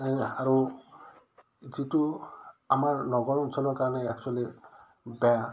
আৰু যিটো আমাৰ নগৰ অঞ্চলৰ কাৰণে একচুৱেলি বেয়া